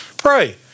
Pray